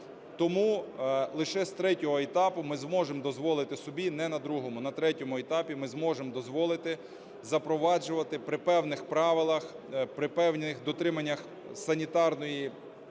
Тому лише з третього етапу ми зможемо дозволити собі, не на другому, на третьому етапі ми зможемо дозволити запроваджувати при певних правилах, при певних дотриманнях санітарної,